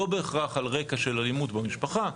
לא בהכרח על רקע של אלימות במשפחה,